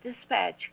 dispatch